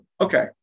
Okay